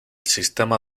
sistema